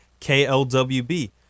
KLWB